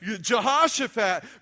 Jehoshaphat